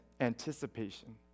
anticipation